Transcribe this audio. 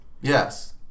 Yes